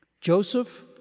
Joseph